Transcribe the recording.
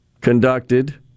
conducted